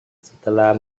setelah